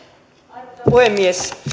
arvoisa puhemies